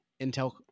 intel